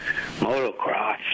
motocross